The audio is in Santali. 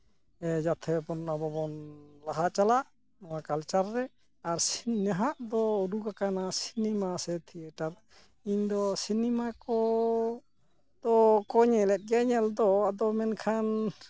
ᱡᱟᱛᱷᱮ ᱵᱚᱱ ᱟᱵᱚ ᱵᱚᱱ ᱞᱟᱦᱟ ᱪᱟᱞᱟᱜ ᱱᱚᱣᱟ ᱠᱟᱞᱪᱟᱨ ᱨᱮ ᱟᱨ ᱥᱤ ᱱᱟᱦᱟᱜ ᱫᱚ ᱩᱰᱩᱠᱟᱠᱟᱱᱟ ᱥᱤᱱᱤᱢᱟ ᱥᱮ ᱛᱷᱤᱭᱮᱴᱟᱨ ᱤᱧ ᱫᱚ ᱥᱤᱱᱤᱢᱟ ᱠᱚ ᱫᱚ ᱠᱚ ᱧᱮᱞᱮᱫ ᱜᱮᱭᱟ ᱧᱮᱞ ᱫᱚ ᱟᱫᱚ ᱢᱮᱱᱠᱷᱟᱱ